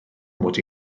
mod